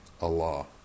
Allah